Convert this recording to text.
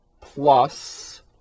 plus